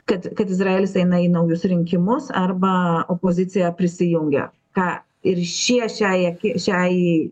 kad kad izraelis eina į naujus rinkimus arba opozicija prisijungia ką ir šie šiai aki šiai